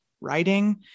writing